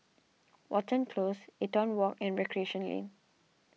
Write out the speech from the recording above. Watten Close Eaton Walk and Recreation Lane